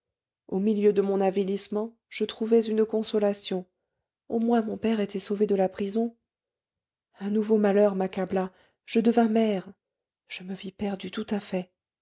au milieu de mon avilissement je trouvais une consolation au moins mon père était sauvé de la prison un nouveau malheur m'accabla je devins mère je me vis perdue tout à fait